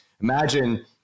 Imagine